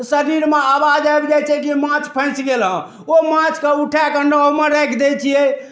शरीरमे आवाज आबि जाइत छै कि माछ फसि गेल हँ ओ माँछ कऽ उठाय कऽ नाओमे राखि दै छियै